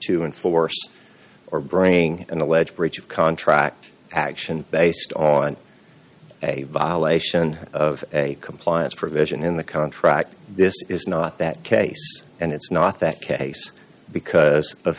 to enforce or bring an alleged breach of contract action based on a violation of a compliance provision in the contract this is not that case and it's not that case because of